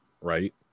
Right